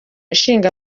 ishinga